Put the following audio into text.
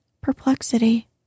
perplexity